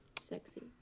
Sexy